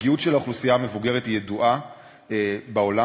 הפגיעוּת של האוכלוסייה המבוגרת ידועה בעולם,